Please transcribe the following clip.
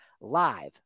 live